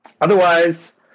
Otherwise